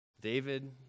David